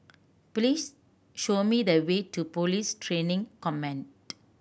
please show me the way to Police Training Command